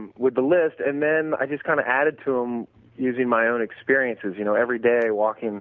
and with the list. and then i just kind of added to them using my own experiences you know, every day walking